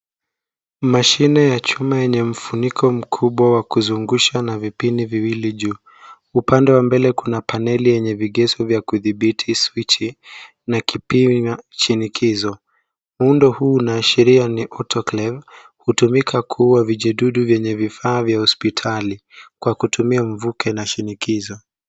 Mashine ya chuma yenye mfuniko mkubwa wa kuzungusha na vipini viwili juu. Upande wa mbele kuna paneli yenye vigeso ya kudhibiti swichi na kipini na shinikizo. Muundo huu unaashiria ni Autoclave, hutumika kuua vijidudu vyenye vifaa vya hospitali kwa kutumia mvuke na shinikizo.